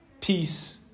peace